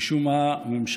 משום מה הממשלה,